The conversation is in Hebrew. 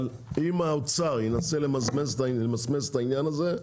אבל אם האוצר ינסה למסמס את העניין הזה,